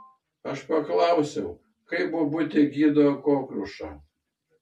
aš paklausiau kaip bobutė gydo kokliušą